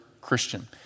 Christian